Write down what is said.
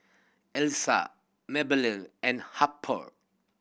Elsa and Harper